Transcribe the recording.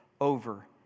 over